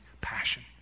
passion